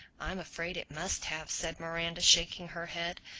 i'm afraid it must have, said miranda shaking her head.